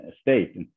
state